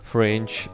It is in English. French